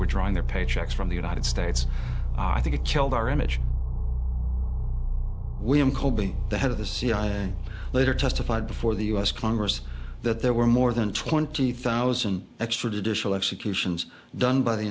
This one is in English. were drawing their paychecks from the united states i think it killed our image william colby the head of the cia later testified before the us congress that there were more than twenty thousand extrajudicial executions done by the